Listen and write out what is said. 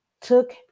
took